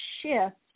shift